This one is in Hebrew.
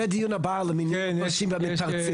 זה בדיון הבא על מינים פולשים ומתפרצים,